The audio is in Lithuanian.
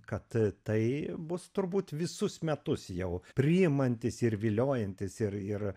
kad tai bus turbūt visus metus jau priimantis ir viliojantis ir ir